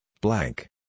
blank